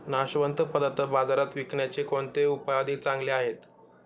नाशवंत पदार्थ बाजारात विकण्याचे कोणते उपाय अधिक चांगले आहेत?